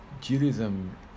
Judaism